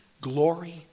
glory